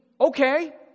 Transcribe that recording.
Okay